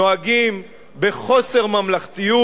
נוהגים בחוסר ממלכתיות.